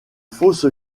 fausse